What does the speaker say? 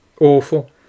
Awful